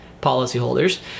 policyholders